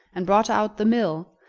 and brought out the mill,